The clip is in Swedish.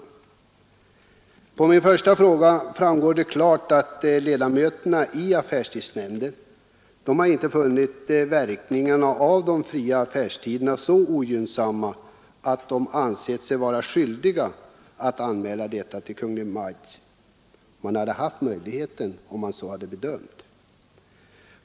Av svaret på min första fråga framgår klart att ledamöterna i affärstidsnämnden inte har funnit verkningarna av de fria affärstiderna så ogynnsamma att de ansett sig skyldiga att göra någon anmälan till Kungl. Maj:t.